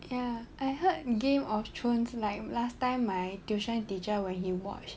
ya I heard game of thrones like last time my tuition teacher when he watched